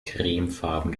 cremefarben